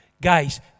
Guys